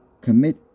Commit